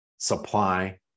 supply